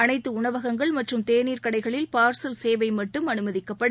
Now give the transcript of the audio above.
அனைத்து உணவகங்கள் மற்றும் தேநீர் கடைகளில் பார்சல் சேவை மட்டும் அனுமதிக்கப்படும்